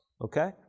okay